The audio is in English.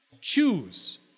Choose